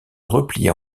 replier